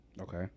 Okay